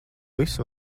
visu